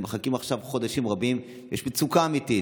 ומחכים עכשיו חודשים רבים ויש מצוקה אמיתית.